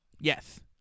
Yes